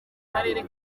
karere